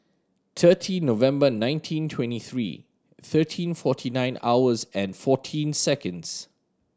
thirty November nineteen twenty three thirteen forty nine hours and fourteen seconds